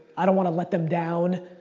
i don't want to let them down.